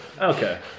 Okay